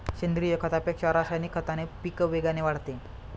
सेंद्रीय खतापेक्षा रासायनिक खताने पीक वेगाने वाढते